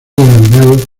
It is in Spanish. denominado